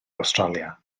awstralia